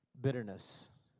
Bitterness